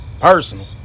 personal